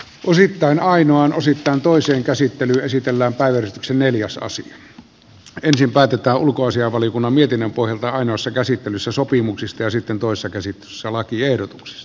osittain ainoan osittain toisen käsittelyn esitellä päivystyksen mediassa sitä ensin päätetään ulkoasiainvaliokunnan mietinnön pohjalta ainoassa käsittelyssä sopimuksista ja sitten toisessa käsittelyssä lakiehdotus